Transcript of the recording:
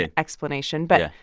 and explanation. but. yeah.